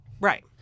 Right